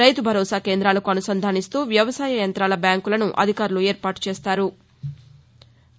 రైతు భరోసా కేంద్రాలకు అనుసంధానిస్తూ వ్యవసాయ యంతాల బ్యాంకులను అధికారులు ఏర్పాటు చేస్తారు